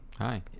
Hi